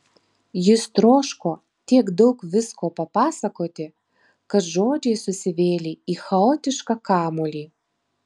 jis troško tiek daug visko papasakoti kad žodžiai susivėlė į chaotišką kamuolį